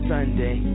Sunday